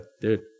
dude